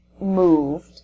moved